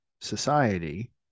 society